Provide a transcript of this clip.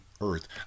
earth